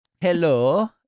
Hello